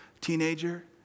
Teenager